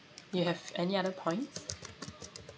you have any other points